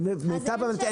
למיטב ידיעתי.